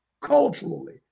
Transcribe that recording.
culturally